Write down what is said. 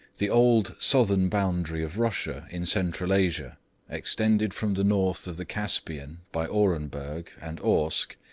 the old southern boundary of russia in central asia extended from the north of the caspian by orenburg and orsk,